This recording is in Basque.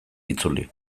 itzuli